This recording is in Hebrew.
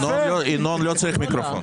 ינון לא צריך מיקרופון.